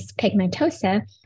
pigmentosa